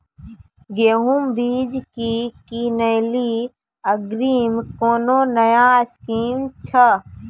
गेहूँ बीज की किनैली अग्रिम कोनो नया स्कीम छ?